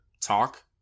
talk